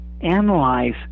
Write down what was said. analyze